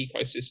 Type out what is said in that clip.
ecosystem